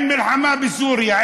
עם מלחמה בסוריה,